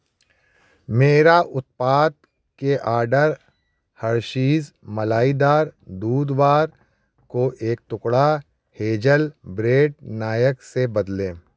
मेरे उत्पाद के अर्डर हर्शीज़ मलाईदार दूध बार को एक टुकड़ा हेजल ब्रेड नायक से बदलें